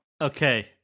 Okay